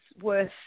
worth